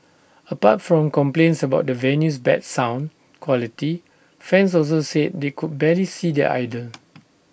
apart from complaints about the venue's bad sound quality fans also said they could barely see their idol